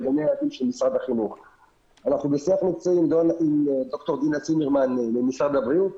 אנחנו בשיח מקצועי עם ד"ר דינה צימרמן ממשרד הבריאות.